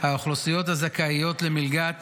הזכאיות למלגת